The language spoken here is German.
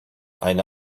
eine